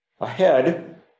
ahead